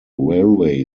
railway